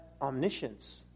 omniscience